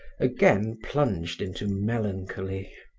again plunged into melancholy.